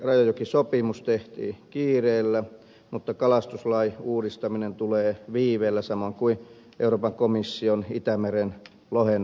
rajajokisopimus tehtiin kiireellä mutta kalastuslain uudistaminen tulee viiveellä samoin kuin euroopan komission itämeren lohenhoitosuunnitelma